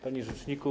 Panie Rzeczniku!